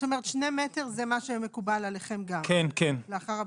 זאת אומרת שני מטרים זה מה שמקובל עליכם גם לאחר הבדיקות?